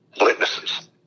Witnesses